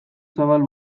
zabal